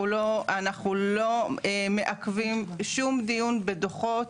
אנחנו לא מעכבים שום דיון בדוחות,